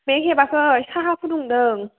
बेग हेबाखै साहा फुदुंदों